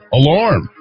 alarm